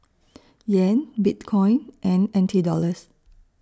Yen Bitcoin and N T Dollars